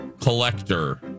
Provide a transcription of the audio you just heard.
collector